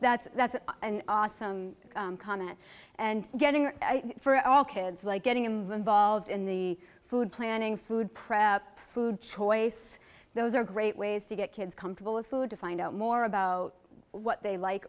that's that's an awesome comment and getting for all kids like getting involved in the food planning food prep food choice those are great ways to get kids comfortable with food to find out more about what they like